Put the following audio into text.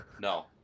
No